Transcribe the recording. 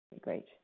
Great